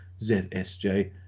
ZSJ